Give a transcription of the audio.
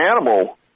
animal